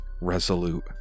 resolute